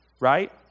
right